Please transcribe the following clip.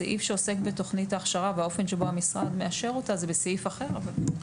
הסעיף שעוסק בתכנית ההכשרה ובאופן שבו המשרד מאשר אותה הוא סעיף אחר.